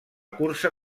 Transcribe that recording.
cursa